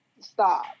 stop